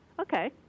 okay